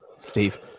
Steve